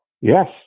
Yes